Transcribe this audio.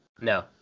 No